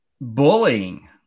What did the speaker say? bullying